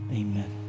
amen